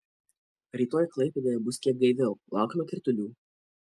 rytoj klaipėdoje bus kiek gaiviau laukiama kritulių